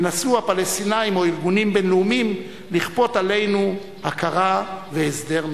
ינסו הפלסטינים או ארגונים בין-לאומיים לכפות עלינו הכרה והסדר מדיני.